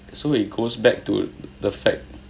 so it goes back to the fact